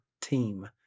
Team